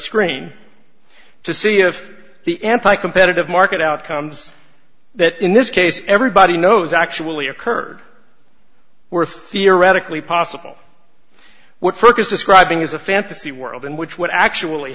screen to see if the anti competitive market outcomes that in this case everybody knows actually occurred were theoretically possible what fergus describing is a fantasy world in which what actually